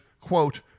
quote